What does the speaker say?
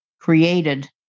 created